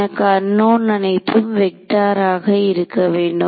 எனக்கு அன்னோன் அனைத்தும் வெக்டார் ஆக இருக்க வேண்டும்